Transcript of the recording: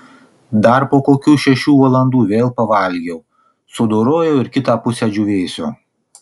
dar po kokių šešių valandų vėl pavalgiau sudorojau ir kitą pusę džiūvėsio